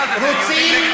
והם רוצים,